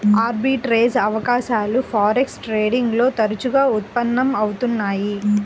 arbitrage అవకాశాలు forex trading లో తరచుగా ఉత్పన్నం అవుతున్నయ్యి